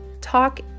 talk